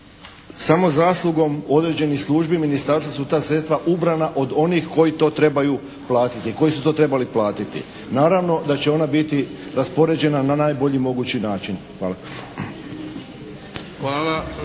samo zaslugom određenih službi ministarstva su ta sredstva ubrana od onih koji to trebaju platiti i koji su to trebali platiti. Naravno da će ona biti raspoređena na najbolji mogući način. Hvala.